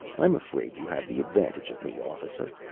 i'm afraid you have the advantage of me, officer.